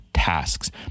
tasks